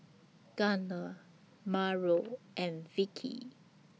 Gardner Mauro and Vickie